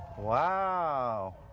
wow!